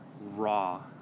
raw